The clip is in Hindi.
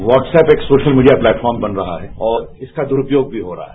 वास्टसअप एक सोशलमीडिया स्लेटफार्मबन रहा है और इसका दुरुपयोग भी हो रहा है